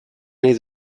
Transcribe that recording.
nahi